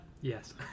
Yes